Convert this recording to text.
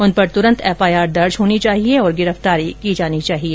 उन पर तुरंत एफआईआर दर्ज होनी चाहिए और गिरफ्तारी की जानी चाहिए